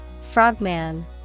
Frogman